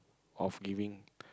of giving